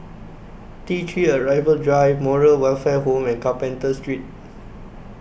T three Arrival Drive Moral Welfare Home and Carpenter Street